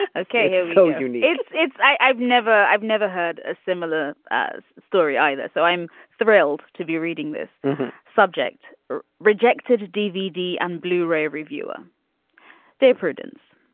ah okay so you know it's it's i've never i've never heard a similar story either so i'm thrilled to be reading this subject rejected dvd and blu ray reviewer dear prudence.